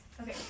Okay